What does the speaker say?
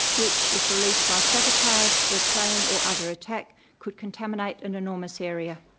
which, if released by sabotage or plane or other attack, could contaminate an enormous area.